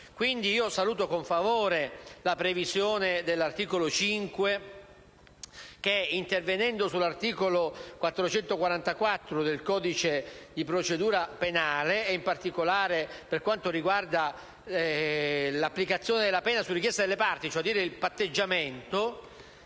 Saluto pertanto con favore la previsione dell'articolo 5, che intervenendo sull'articolo 444 del codice di procedura penale, in particolare per quanto riguarda l'applicazione della pena su richiesta delle parti, vale a dire il patteggiamento,